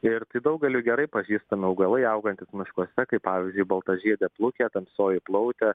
ir tai daugeliui gerai pažįstami augalai augantys miškuose kaip pavyzdžiui baltažiedė plukė tamsioji plautė